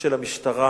של המשטרה